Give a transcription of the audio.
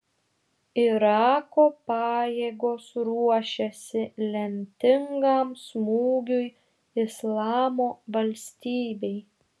irako pajėgos ruošiasi lemtingam smūgiui islamo valstybei